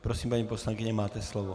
Prosím, paní poslankyně, máte slovo.